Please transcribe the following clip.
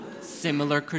Similar